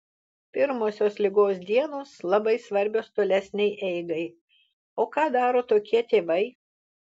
pirmosios ligos dienos labai svarbios tolesnei eigai o ką daro tokie tėvai